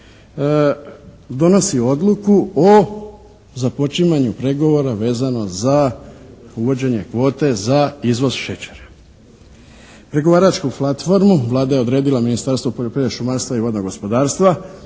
donosi Odluku o započimanju pregovora vezano za uvođenje kvote za izvoz šećera. Pregovaračku platformu Vlada je odredila Ministarstvo poljoprivrede, šumarstva i vodnog gospodarstva